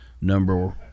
number